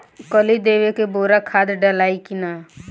कली देवे के बेरा खाद डालाई कि न?